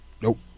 Nope